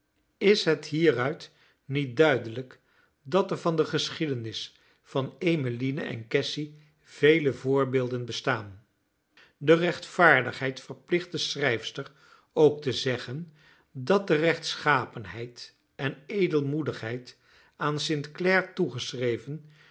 is het hieruit niet duidelijk dat er van de geschiedenis van emmeline en cassy vele voorbeelden bestaan de rechtvaardigheid verplicht de schrijfster ook te zeggen dat de rechtschapenheid en edelmoedigheid aan